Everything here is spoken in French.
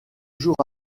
jours